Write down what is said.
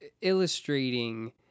illustrating